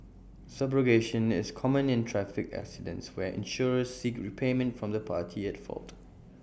subrogation is common in traffic accidents where insurers seek repayment from the party at fault